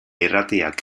irratiak